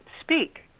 speak